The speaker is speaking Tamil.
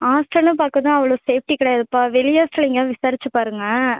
ஹாஸ்டல்னு பார்க்கதான் அவ்வளோவு சேஃப்ட்டி கிடையாதுப்பா வெளி ஹாஸ்டல் எங்கியாவது விசாரித்து பாருங்கள்